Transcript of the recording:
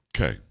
Okay